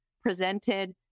presented